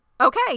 Okay